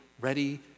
ready